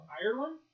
Ireland